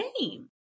name